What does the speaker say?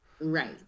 Right